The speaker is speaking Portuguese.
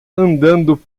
andando